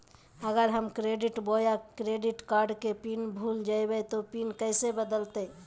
अगर हम क्रेडिट बोया डेबिट कॉर्ड के पिन भूल जइबे तो पिन कैसे बदलते?